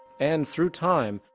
and through time,